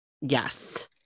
Yes